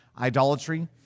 idolatry